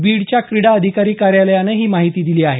बीडच्या क्रीडा अधिकारी कार्यालयानं ही माहिती दिली आहे